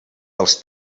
dels